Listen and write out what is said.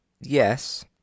Yes